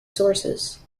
sources